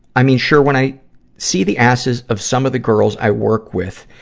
i mean, sure, when i see the asses of some of the girls i work with,